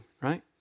right